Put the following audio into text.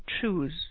choose